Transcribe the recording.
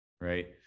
right